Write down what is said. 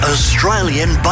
Australian